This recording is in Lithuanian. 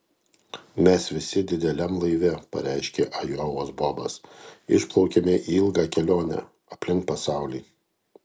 mes visi dideliam laive pareiškė ajovos bobas išplaukiame į ilgą kelionę aplink pasaulį